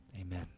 Amen